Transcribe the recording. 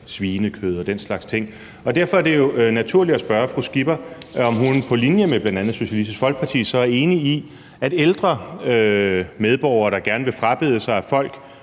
svinekød og den slags ting, og derfor er det jo naturligt at spørge fru Pernille Skipper, om hun i lighed med bl.a. Socialistisk Folkeparti mener, at ældre medborgere, der gerne vil frabede sig, at folk